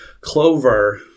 Clover